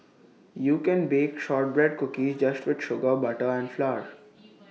you can bake Shortbread Cookies just with sugar butter and flour